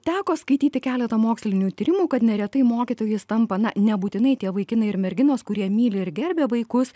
teko skaityti keletą mokslinių tyrimų kad neretai mokytojais tampa na nebūtinai tie vaikinai ir merginos kurie myli ir gerbia vaikus